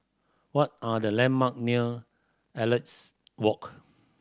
what are the landmark near Elliot Walk